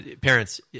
parents